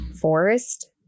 forest